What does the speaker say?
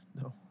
No